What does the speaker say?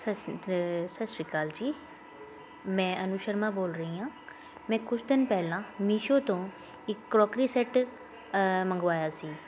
ਸਤਿ ਸ਼੍ਰੀ ਦਾ ਸਤਿ ਸ਼੍ਰੀ ਅਕਾਲ ਜੀ ਮੈਂ ਅਨੂੰ ਸ਼ਰਮਾ ਬੋਲ ਰਹੀ ਹਾਂ ਮੈਂ ਕੁਛ ਦਿਨ ਪਹਿਲਾਂ ਮੀਸ਼ੋ ਤੋਂ ਇੱਕ ਕਰੋਕਰੀ ਸੈੱਟ ਮੰਗਵਾਇਆ ਸੀ